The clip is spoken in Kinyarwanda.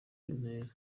n’intera